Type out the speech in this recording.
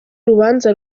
urubanza